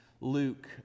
Luke